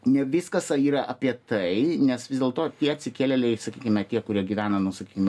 ne viskas yra apie tai nes vis dėlto tie atsikėlėliai sakykime tie kurie gyvena nu sakykime